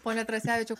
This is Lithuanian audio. pone tracevičiau